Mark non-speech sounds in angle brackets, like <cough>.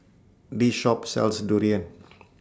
This Shop sells Durian <noise>